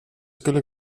skulle